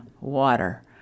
water